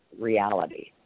reality